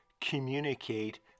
communicate